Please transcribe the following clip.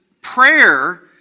prayer